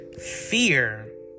fear